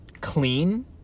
clean